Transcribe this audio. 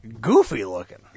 goofy-looking